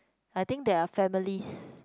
I think they are families